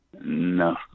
no